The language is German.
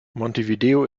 montevideo